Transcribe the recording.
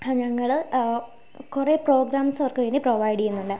ഞങ്ങൾ കുറേ പ്രോഗ്രാംസ് അവർക്കുവേണ്ടി പ്രൊവൈഡ് ചെയ്യുന്നുണ്ട്